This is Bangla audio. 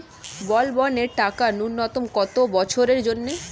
বলবনের টাকা ন্যূনতম কত বছরের জন্য?